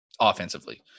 offensively